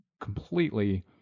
completely